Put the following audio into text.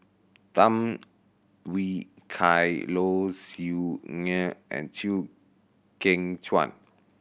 Tham Yui Kai Low Siew Nghee and Chew Kheng Chuan